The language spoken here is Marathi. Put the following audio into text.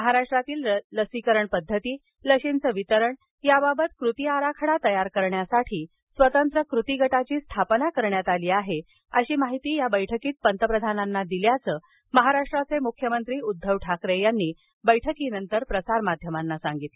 महाराष्ट्रातील लसीकरण पद्धती लसीचे वितरण याबाबत कृती आराखडा तयार करण्यासाठी स्वतंत्र कृतीगटाची स्थापना करण्यात आली आहे अशी माहिती या बैठकीत पंतप्रधानांना दिल्याचं महाराष्ट्राचे मुख्यमंत्री उद्धव ठाकरे यांनी बैठकीनंतर सांगितलं